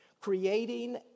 creating